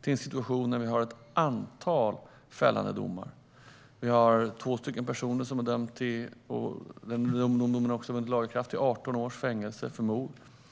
till en situation där vi har ett antal fällande domar. Vi har två personer som har dömts till 18 års fängelse för mord, och de domarna har också vunnit laga kraft.